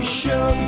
show